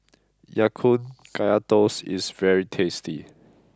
Ya Kun Kaya Toast is very tasty